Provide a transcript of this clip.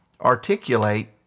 articulate